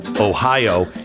Ohio